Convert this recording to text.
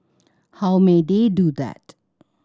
how may they do that